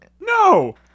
No